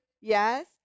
Yes